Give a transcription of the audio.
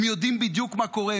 הם יודעים בדיוק מה קורה,